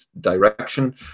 direction